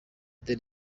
dar